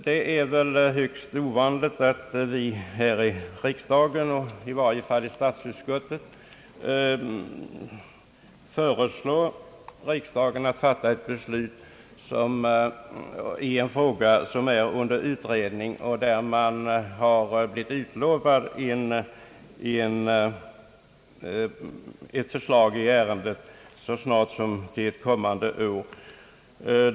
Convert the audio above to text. Det är väl högst ovanligt, att i varje fall statsutskottet föreslår riksdagen att fatta beslut i en fråga, som är under utredning, när det utlovats ett förslag i ärendet så snart som till det kommande året.